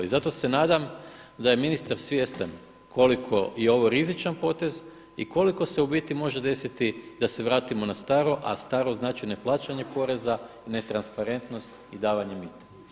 I zato se nadam da je ministar svjestan koliko je ovo rizičan potez i koliko se u biti može desiti da se vratimo na staro, a staro znači neplaćanje poreza, netransparentnost i davanje mita.